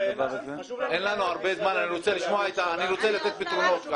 אין לנו הרבה זמן, אני רוצה לתת פתרונות.